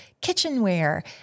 Kitchenware